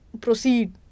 proceed